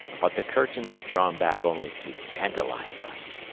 but the curtain is drawn back only to tantalise us.